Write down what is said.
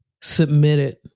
submitted